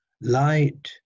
light